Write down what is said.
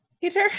Peter